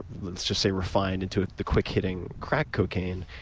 let's just say refined into the quick hitting crack cocaine,